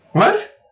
what